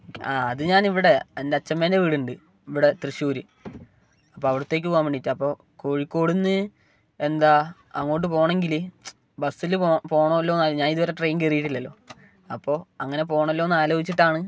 ആ അത് ഞാൻ ഇവിടെ എൻ്റെ അച്ഛമ്മേൻ്റെ വീടുണ്ട് ഇവിടെ തൃശ്ശൂർ അപ്പം അവിടത്തേക്ക് പോവാൻ വേണ്ടീട്ടാപ്പോ കോഴിക്കോടിന്ന് എന്താ അങ്ങോട്ട് പോണൊങ്കിൽ ബസ്സിൽ പോണോല്ലോ ഞാൻ ഇതുവരെ ട്രെയിൻ കയറിയിട്ടില്ലല്ലോ അപ്പോൾ അങ്ങനെ പോണല്ലോന്ന് ആലോചിച്ചിട്ടാണ്